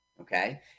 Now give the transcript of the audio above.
Okay